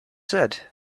said